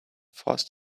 forced